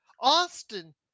Austin